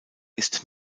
ist